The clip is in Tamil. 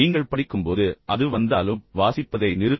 நீங்கள் படிக்கும்போது அது வந்தாலும் வாசிப்பதை நிறுத்துங்கள